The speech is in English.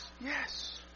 yes